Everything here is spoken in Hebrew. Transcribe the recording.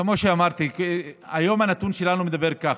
כמו שאמרתי, היום הנתון שלנו הוא ככה: